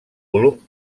volum